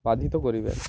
বাধিত করিবেন